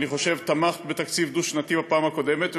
אני חושב, תמכת בתקציב דו-שנתי בפעם הקודמת.